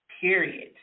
period